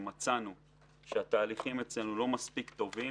מצאנו שהתהליכים אצלנו לא מספיק טובים